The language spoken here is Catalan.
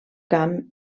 camp